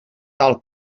tal